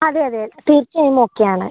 അതെ അതെ തീർച്ചയായും ഓക്കെ ആണ്